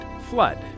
Flood